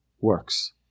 works